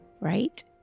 right